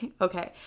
Okay